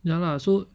ya lah so